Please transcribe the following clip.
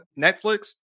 Netflix